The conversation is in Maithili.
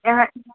एहै